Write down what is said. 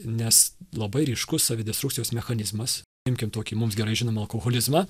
nes labai ryškus savidestrukcijos mechanizmas imkim tokį mums gerai žinomą alkoholizmą